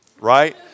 right